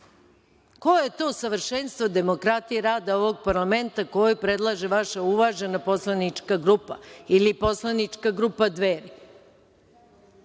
Ko je to savršenstvo demokratije i rada ovog parlamenta koji predlaže vaša uvažena poslanička grupa ili poslanička grupa Dveri?